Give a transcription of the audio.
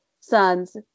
sons